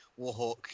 Warhawk